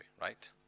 right